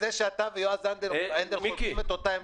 זה שאתה ויועז הנדל חולקים את אותה עמדה,